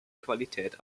qualität